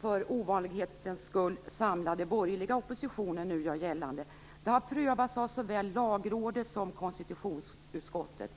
för ovanlighetens skull samlade borgerliga oppositionen nu gör gällande, har prövats av såväl Lagrådet som konstitutionsutskottet.